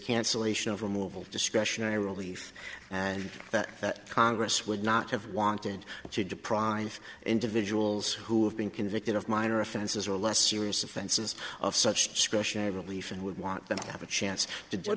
cancellation of removal of discretionary relief and that congress would not have wanted to deprive individuals who have been convicted of minor offenses or less serious offenses of such discretionary relief and would want them to have a chance to